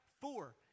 four